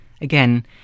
Again